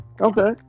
Okay